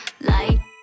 Light